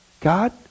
God